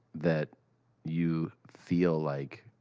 that you feel like,